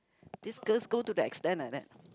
this girls go to the extent like that